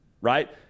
right